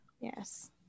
Yes